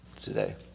today